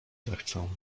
zechcę